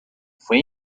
fue